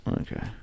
Okay